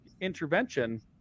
intervention